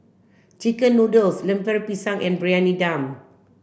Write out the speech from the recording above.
chicken noodles Lemper Pisang and Briyani Dum